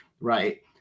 right